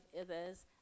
others